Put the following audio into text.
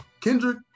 Kendrick